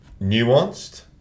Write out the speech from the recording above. nuanced